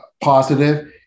positive